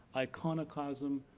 iconoclasm,